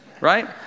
Right